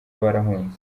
barahunze